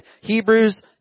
Hebrews